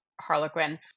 Harlequin